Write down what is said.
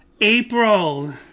April